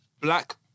black